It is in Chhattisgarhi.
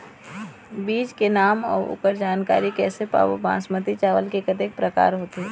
बीज के नाम अऊ ओकर जानकारी कैसे पाबो बासमती चावल के कतेक प्रकार होथे?